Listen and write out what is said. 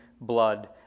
blood